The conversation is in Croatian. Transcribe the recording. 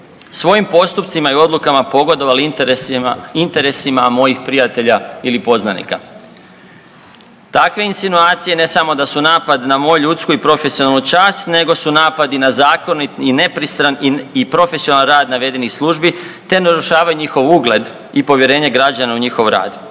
svojim postupcima i odlukama pogodovali interesima mojih prijatelja ili poznanika. Takve insinuacije ne samo da su napad na moju ljudsku i profesionalnu čast, nego su napad i na zakonit, i nepristran i profesionalan rad navedenih službi te narušava njihov ugled i povjerenje građana u njihov rad.